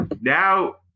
Now